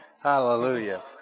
Hallelujah